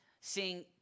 seeing